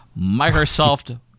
Microsoft